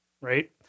right